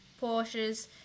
Porsches